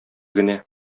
генә